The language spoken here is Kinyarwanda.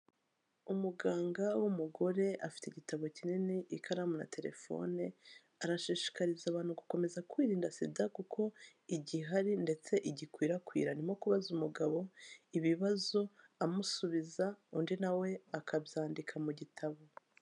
Umuganga w'umugore, afite igitabo kinini, ikaramu na telefone, arashishikariza abantu gukomeza kwirinda SIDA kuko igihari ndetse igikwirakwira, arimo kubaza umugabo ibibazo, amusubiza, undi nawe we akabyandika mu gitabo.